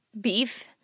beef